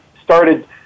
started